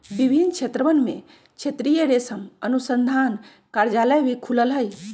विभिन्न क्षेत्रवन में क्षेत्रीय रेशम अनुसंधान कार्यालय भी खुल्ल हई